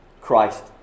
Christ